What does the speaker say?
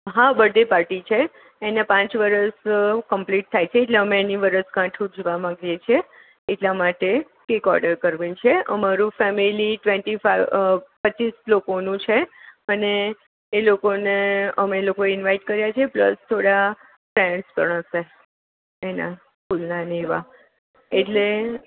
હા birthday party છે એના પાંચ વર્ષ કંપ્લીટ થાય છે એટલે અમે એની વર્ષ ગાંઠ ઉજવવા માંગીએ છે એટલા માટે કેક ઓર્ડર કરવી છે અમારું ફેમિલી ટ્વેન્ટી ફાઇવ પચીસ લોકોનું છે અને એ લોકોને અમે લોકો ઇન્વાયટ કર્યા છે પ્લસ થોડા ફ્રેન્ડ્સ પણ હશે એના સ્કૂલના એવા એટલે